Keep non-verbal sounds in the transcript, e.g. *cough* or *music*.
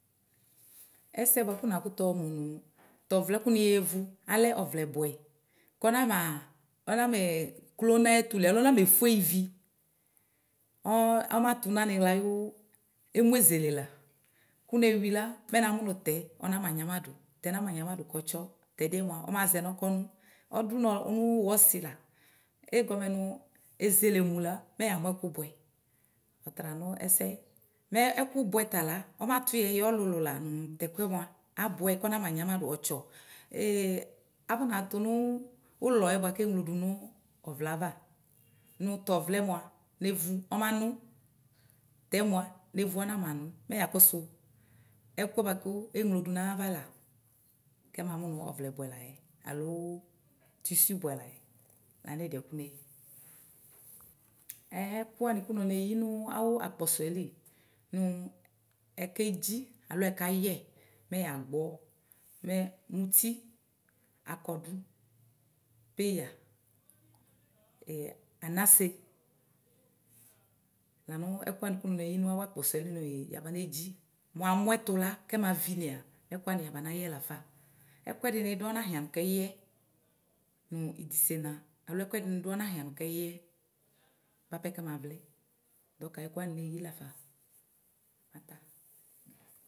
Ɛsɛ nakʋtʋ yɔmʋ nʋ tɔvlɛ̃ niyevʋ ɔlɛ ɔvlɛ bʋẽ kɔnama *hesitation* klo nʋ ayʋɛtʋli alo ɔname fʋe ̧ivi ɔmatʋnʋ aniɣla yʋ emʋezele la kʋ newi la mɛ namʋnʋ tɛ ɔnama nyama dʋ *hesitation* kɔtsɔ tɛdɩɛ mʋa ɔmazɛnɔ kɔnʋ ɔdʋnɔ nʋ wʋ ɔsila egɔmɛ nʋ ezelemʋ la mɛ yamʋ ɛkʋ bʋɛ ɔtala nʋ ɛsɛ mɛ ɛkʋ bʋɛ tala mɛ ɔmatʋ nʋ yɛ ɔlʋlʋ la nʋ tɛkʋɛ abʋɛ kɔnama nyaladʋ ɔtsɔ. Ee afɔna tʋnʋ ʋlɔɛ bʋakʋ keɣlo dʋnʋ ɔvlɛ ava nʋ tɔvlɛ mʋa nevu ɔmanʋ tɛ mʋa nevʋ ɔnamanʋ mɛ yakɔsʋ ɛkʋɛ keɣlo dʋnʋ ayavala kɛmamʋ ɔvlɛ bʋɛ layɛ alo tisui bʋɛ layɛ lanʋ ɛdiɛ kʋ neyi. Ɛ ɛkʋ wanɩ kʋneyɩ nʋ awʋ akposoeli nʋ ekedzi alo ɛkayɛ mɛ yagbɔ mɛ muti akɔdʋ peyǝ *hesitation* anase lanʋ ɛkʋ wani kʋ neyi nʋ awʋ akposoeli nʋ yabane dzi mʋ amʋɛtʋla kɛma vinea mɛ ɛkʋ wani yabanayɛ lafa ɛkʋɛdini dʋ anahia nʋ kɛyɛ nʋ idisena alo ɛkʋɛdini dʋ anahia nʋ kɛyɛ bʋapɛ kɛmavlɛ dɔk ɛkʋ wani neyi lafa a.